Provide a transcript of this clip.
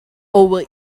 over